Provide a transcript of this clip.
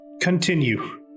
Continue